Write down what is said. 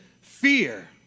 fear